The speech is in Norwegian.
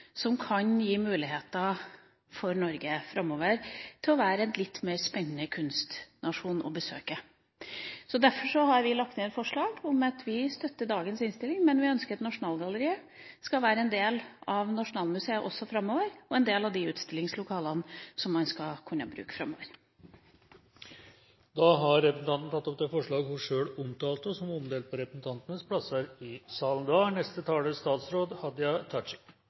som kan gi muligheter for Norge framover til å være en litt mer spennende kunstnasjon å besøke. Vi har lagt ned et forslag om at vi støtter dagens innstilling, men vi ønsker at Nasjonalgalleriet skal være en del av Nasjonalmuseet også i framtida og en del av de utstillingslokalene som man skal kunne bruke framover. Representanten Trine Skei Grande har tatt opp det forslaget hun refererte til. Når Stortinget i dag behandlar kostnadsramma for eit nybygg på Vestbanen for Nasjonalmuseet for kunst, arkitektur og design, er